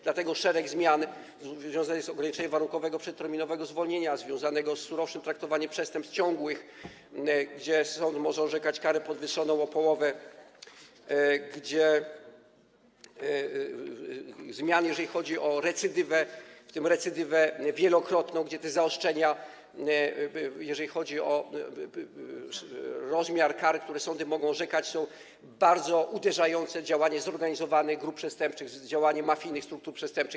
Dlatego szereg zmian dotyczy ograniczenia warunkowego przedterminowego zwolnienia związanego z surowszym traktowaniem przestępstw ciągłych, gdzie sąd może orzekać karę podwyższoną o połowę, szereg zmian dotyczy recydywy, w tym recydywy wielokrotnej, gdzie te zaostrzenia, jeżeli chodzi o rozmiar kar, które sądy mogą orzekać, są bardzo uderzające w działanie zorganizowanych grup przestępczych, w działanie mafijnych struktur przestępczych.